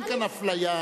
אין כאן אפליה,